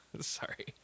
Sorry